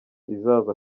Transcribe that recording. izaza